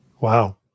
Wow